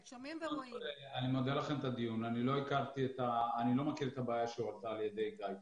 אני לא מכיר את הבעיה שהועלתה על ידי גיא קודם.